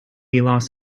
los